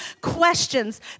questions